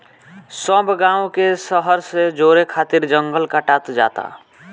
सब गांव के शहर से जोड़े खातिर जंगल कटात जाता